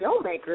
filmmakers